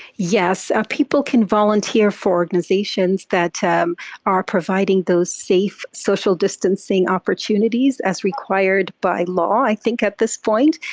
yes. ah people can volunteer for organizations that um are providing those safe social distancing opportunities as required by law, i think, at this point.